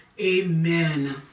amen